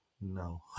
No